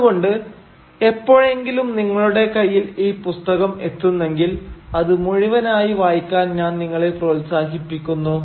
അതുകൊണ്ട് എപ്പോഴെങ്കിലും നിങ്ങളുടെ കയ്യിൽ ഈ പുസ്തകം എത്തുന്നെങ്കിൽ അത് മുഴുവനായി വായിക്കാൻ ഞാൻ നിങ്ങളെ പ്രോത്സാഹിപ്പിക്കുന്നു